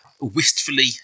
wistfully